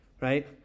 right